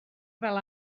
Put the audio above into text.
fel